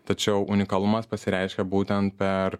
tačiau unikalumas pasireiškė būtent per